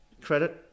credit